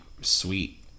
sweet